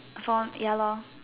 for ya lah